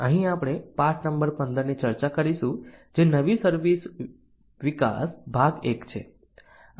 અહીં આપણે પાઠ નંબર 15 ની ચર્ચા કરીશું જે નવી સર્વિસ વિકાસ ભાગ 1 છે